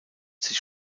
sich